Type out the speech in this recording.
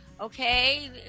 Okay